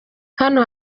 hano